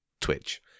Twitch